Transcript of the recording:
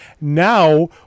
Now